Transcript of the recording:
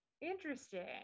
Interesting